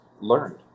learned